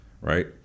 right